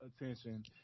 Attention